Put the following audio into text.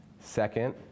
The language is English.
Second